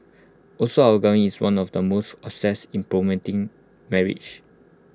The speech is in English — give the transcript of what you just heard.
also our government is one of the most obsessed in promoting marriage